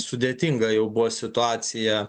sudėtinga jau buvo situacija